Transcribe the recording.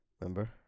Remember